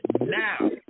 now